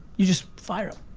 you just fire em.